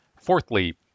Fourthly